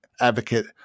advocate